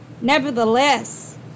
Nevertheless